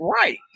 Right